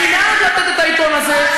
בחינם לתת את העיתון הזה,